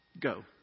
go